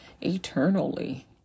eternally